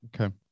Okay